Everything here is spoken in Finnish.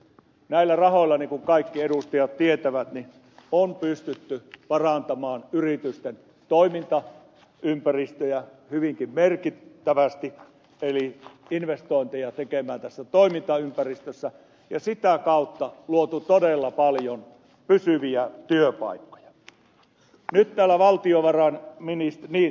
näillä rahoilla niin kuin kaikki edustajat tietävät on pystytty parantamaan yritysten toimintaympäristöjä hyvinkin merkittävästi eli investointeja tekemään tässä toimintaympäristössä ja sitä kautta on luotu todella paljon pysyviä työpaikkoja oli täällä valtio varain miniista niin